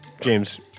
James